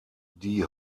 die